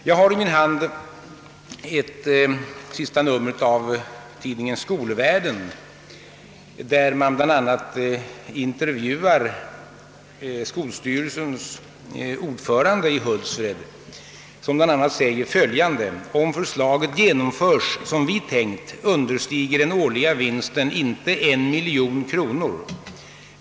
Jag har i min hand senaste numret av tidningen SKOLvärlden, där skolstyrelsens ordförande i Hultsfred bl.a. uttalar: »Om förslaget genomförs som vi tänkt understiger den årliga vinsten inte en miljon kronor.